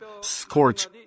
scorch